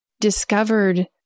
discovered